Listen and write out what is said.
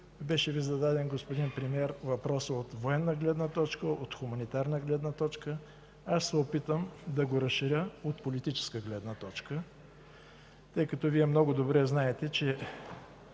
беше Ви зададен въпрос от военна гледна точка, от хуманитарна гледна точка. Аз ще се опитам да го разширя от политическа гледна точка, тъй като Вие много добре знаете, че